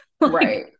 right